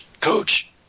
Coach